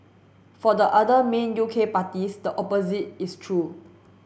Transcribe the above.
for the other main U K parties the opposite is true